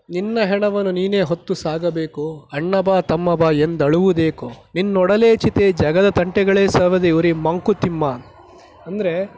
ನಿನ್ನ ಹೆಣವನ್ನು ನೀನೆ ಹೊತ್ತು ಸಾಗಬೇಕು ಅಣ್ಣ ಬಾ ತಮ್ಮ ಬಾ ಎಂದಳುವುದೇಕೋ ನಿನ್ನೊಡಲೇ ಚಿತೆ ಜಗದ ತಂಟೆಗಳೆ ಸೌದೆಯುರಿ ಮಂಕುತಿಮ್ಮ ಅಂದರೆ